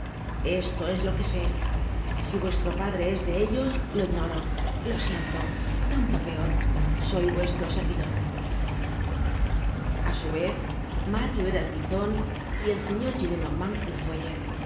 esto es lo que sé si vuestro padre es de ellos lo ignoro lo siento tanto peor soy vuestro servidor a su vez mario era el tizomy el sefior gillenormand el fuelle